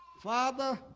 father